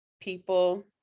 People